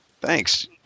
Thanks